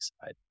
side